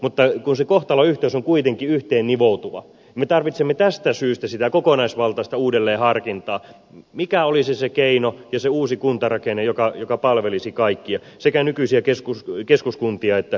mutta kun se kohtalonyhteys on kuitenkin yhteen nivoutuva me tarvitsemme tästä syystä sitä kokonaisvaltaista uudelleenharkintaa mikä olisi se keino ja se uusi kuntarakenne joka palvelisi kaikkia sekä nykyisiä keskuskuntia että kehyskuntia